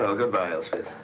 so good-bye, elspeth.